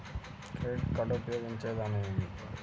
Credit card ఉపయోగించే విధానం ఏమి?